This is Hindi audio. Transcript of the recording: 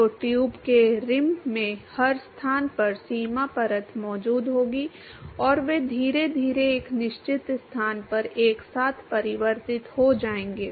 तो ट्यूब के रिम में हर स्थान पर सीमा परत मौजूद होगी और वे धीरे धीरे एक निश्चित स्थान पर एक साथ परिवर्तित हो जाएंगे